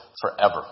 forever